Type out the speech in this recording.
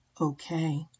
okay